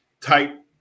type